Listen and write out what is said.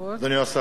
אדוני השר,